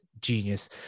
genius